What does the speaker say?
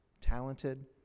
talented